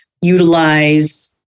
utilize